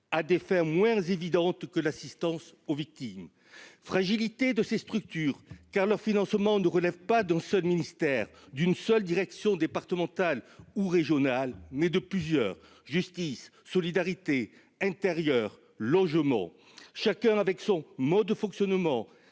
à des fins moins évidentes que l'assistance aux victimes. Deuxièmement, leur financement relève non pas d'un seul ministère, d'une seule direction départementale ou régionale, mais de plusieurs- justice, solidarité, intérieur, logement -, chacun avec son mode de fonctionnement,